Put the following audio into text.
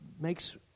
makes